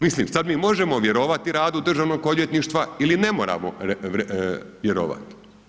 Mislim, sad mi možemo vjerovati radu Državnog odvjetništva ili ne moramo vjerovati.